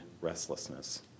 restlessness